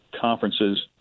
conferences